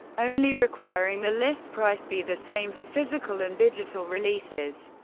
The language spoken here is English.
only requiring the list price be the same for physical and digital releases,